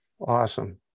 awesome